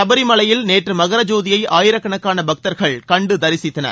சபரி மலையில் நேற்று மகர ஜோதியை ஆயிரக்கணக்கான பக்தர்கள் கண்டு தரிசித்தனர்